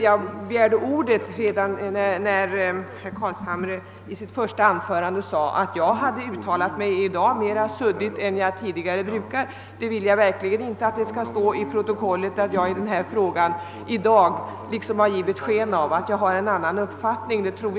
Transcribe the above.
Jag begärde ordet när herr Carlshamre i sitt första anförande sade att jag hade uttalat mig suddigare nu än tidigare. Jag vill verkligen infe att det skall stå oemotsagt i protokollet, att jag i dag skulle ha givit sken av att ha en annan uppfattning i denna fråga.